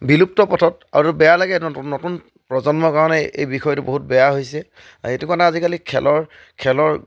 বিলুপ্ত পথত আৰু বেয়া লাগে নতুন প্ৰজন্মৰ কাৰণে এই বিষয়টো বহুত বেয়া হৈছে আৰু সেইটো কাৰণে আজিকালি খেলৰ খেলৰ